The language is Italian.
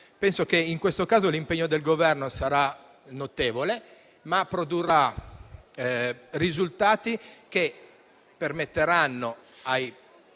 Penso che, in questo caso, l'impegno del Governo sarà notevole e produrrà risultati che permetteranno agli